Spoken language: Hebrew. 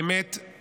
באמת,